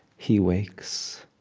he wakes.